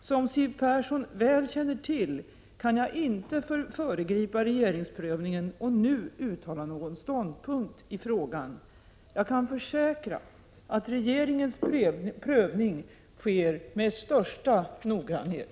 Som Siw Persson väl känner till, kan jag inte föregripa regeringsprövningen och nu uttala någon ståndpunkt i frågan. Jag kan försäkra att regeringens prövning sker med största noggrannhet.